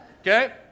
Okay